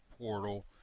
portal